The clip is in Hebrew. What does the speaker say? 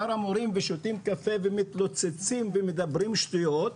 המורים ושותים קפה ומתלוצצים ומדברים שטויות,